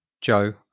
Joe